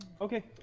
Okay